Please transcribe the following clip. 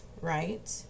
right